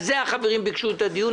על זה החברים ביקשו את הדיון,